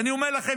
ואני אומר לכם,